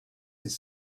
ces